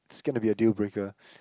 is gonna be a deal breaker